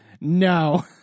No